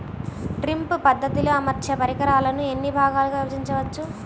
Drip పద్ధతిలో అమర్చే పరికరాలను ఎన్ని భాగాలుగా విభజించవచ్చు?